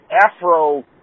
Afro